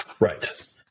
Right